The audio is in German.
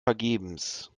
vergebens